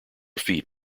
feet